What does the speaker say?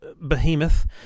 behemoth